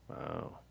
Wow